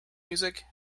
music